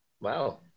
Wow